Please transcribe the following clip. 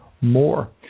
more